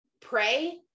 pray